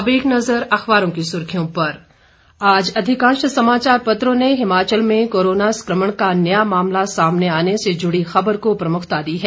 अब एक नजर अखबारों की सुर्खियों पर आज अधिकांश समाचार पत्रों ने हिमाचल में कोरोना संक्रमण का नया मामला सामने आने से जुड़ी खबर को प्रमुखता दी है